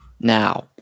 Now